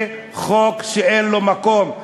זה חוק שאין לו מקום,